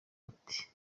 ati